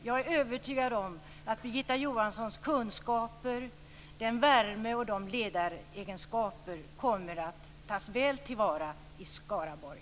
Jag är övertygad om att Birgitta Johanssons kunskaper, värme och ledaregenskaper kommer att tas väl till vara i Skaraborg.